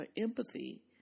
empathy